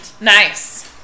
nice